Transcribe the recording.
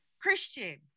Christian